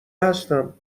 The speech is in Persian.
هستم